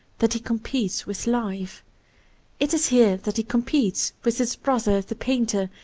that he competes with life it is here that he competes with his brother, the paint er,